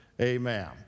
amen